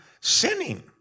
sinning